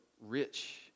rich